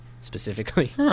specifically